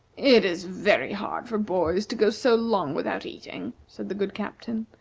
it is very hard for boys to go so long without eating, said the good captain.